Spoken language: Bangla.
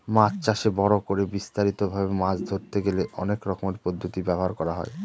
মাছ চাষে বড় করে বিস্তারিত ভাবে মাছ ধরতে গেলে অনেক রকমের পদ্ধতি ব্যবহার করা হয়